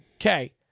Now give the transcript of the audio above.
Okay